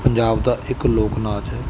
ਪੰਜਾਬ ਦਾ ਇੱਕ ਲੋਕ ਨਾਚ ਹੈ